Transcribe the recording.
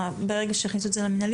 זה יהיה תקף ברגע שיכניסו את זה למינהלי.